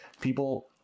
People